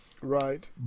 right